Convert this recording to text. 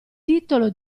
titolo